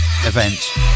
event